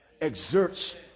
exerts